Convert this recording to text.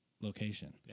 location